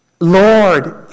Lord